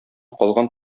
калган